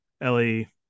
Ellie